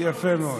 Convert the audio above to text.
יפה מאוד.